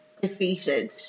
defeated